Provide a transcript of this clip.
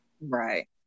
right